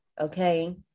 okay